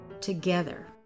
together